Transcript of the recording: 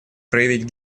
проявить